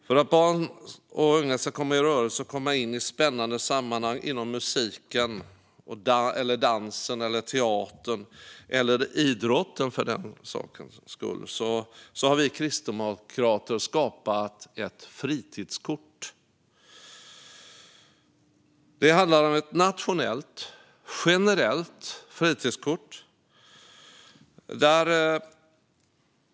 För att barn och unga ska komma i rörelse och komma in i spännande sammanhang inom musiken, dansen eller teatern - eller idrotten för den delen - har vi kristdemokrater skapat ett fritidskort. Det handlar om ett nationellt, generellt fritidskort.